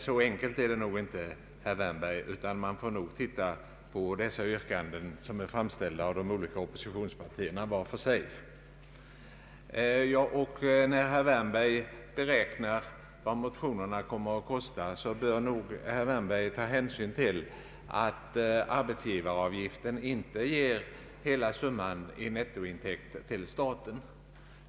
Så enkelt är det inte, herr Wärnberg, utan man får nog lov att se på de yrkanden som är framställda av de olika oppositionspartierna vart för sig. När herr Wärnberg beräknar vad motionerna kommer att kosta, bör han ta hänsyn till att arbetsgivaravgiften inte ger hela summan i nettointäkt till staten.